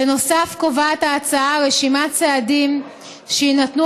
בנוסף קובעת ההצעה רשימת סעדים שיינתנו